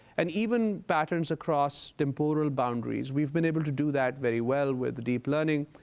and even patterns across temporal boundaries. we've been able to do that very well with deep learning.